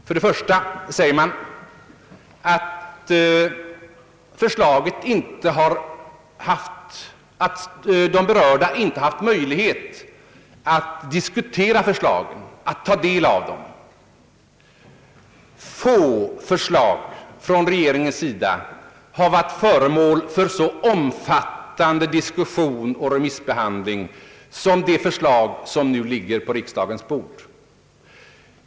Först och främst menar man att de som berörs av förslaget inte haft möjlighet att ta del av det och diskutera det. Få förslag från regeringens sida har varit föremål för så omfattande diskussion och remissbehandling som det förslag som nu ligger på riksdagens bord.